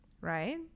right